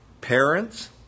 Parents